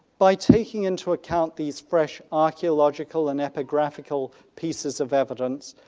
by taking into account these fresh archaeological and epigraphical pieces of evidence,